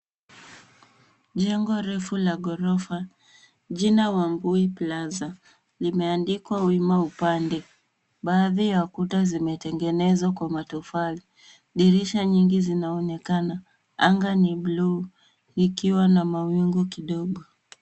Jengo refu la ghorofa jina Wambui Plaza limeandikwa nyuma upande. Baadhi ya kuta zimetengenezwa kwa matofali. Dirisha nyingi zinaonekana. Anga ni bluu ikiwa na mawingu kidogo.